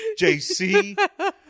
JC